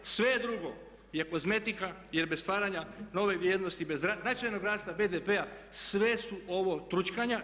Sve drugo je kozmetika, jer bez stvaranja nove vrijednosti, bez značajnog rasta BDP-a sve su ovo tručkanja.